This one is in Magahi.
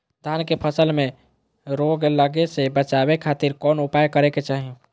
धान के फसल में रोग लगे से बचावे खातिर कौन उपाय करे के चाही?